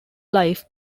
life